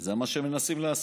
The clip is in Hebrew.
זה מה שמנסים לעשות.